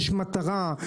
יש מטרה,